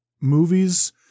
movies